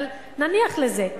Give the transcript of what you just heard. אבל נניח לזה.